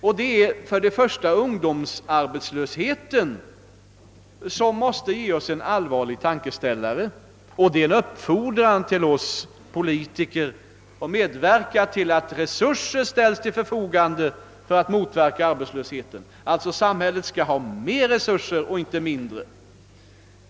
Först och främst är det ungdomsarbetslösheten, som måste ge oss en allvarlig tankeställare. Den är en uppfordran till oss politiker att medverka till att resurser ställs till förfogande för att motverka arbetslösheten. Samhället skall alltså ha större resurser och inte mindre.